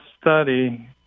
study